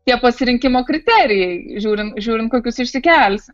tie pasirinkimo kriterijai žiūrint žiūrint kokius išsikelsi